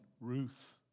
Ruth